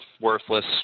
worthless